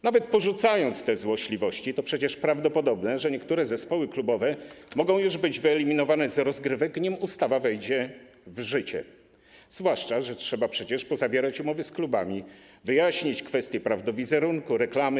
Nawet porzucając te złośliwości, to przecież prawdopodobne, że niektóre zespoły klubowe mogą już być wyeliminowane z rozgrywek, nim ustawa wejdzie w życie, zwłaszcza że trzeba przecież pozawierać umowy z klubami, wyjaśnić kwestie praw do wizerunku, reklamy.